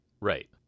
Right